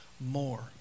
More